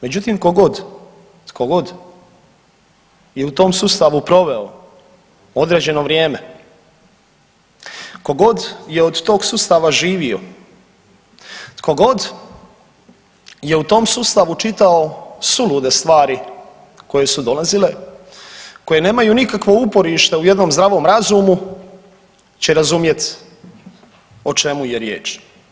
Međutim, tko god, tko god je u tom sustavu proveo određeno vrijeme, tko god je od tog sustava živio, tko god je u tom sustavu čitao sulude stvari koje su dolazile, koje nemaju nikakvo uporište u jednom zdravom razumu će razumjeti o čemu je riječ.